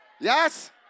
Yes